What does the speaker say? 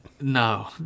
No